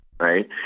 Right